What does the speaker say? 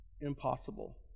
impossible